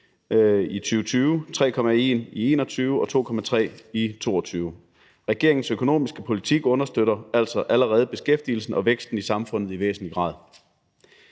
i 2021 og 2,3 procentpoint i 2022. Regeringens økonomiske politik understøtter altså allerede beskæftigelsen og væksten i samfundet i væsentlig grad.